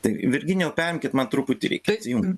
tai virginijau perimkit man truputį reikia atsijungt